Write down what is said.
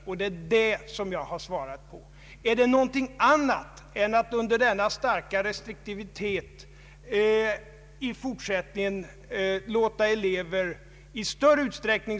Vad som upphävs i propositionen är skolstadgan.